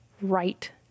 right